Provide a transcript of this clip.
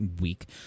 week